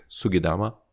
SUGIDAMA